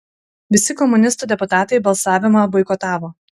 visi komunistų deputatai balsavimą boikotavo